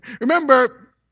Remember